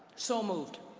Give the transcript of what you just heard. so moved.